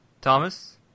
Thomas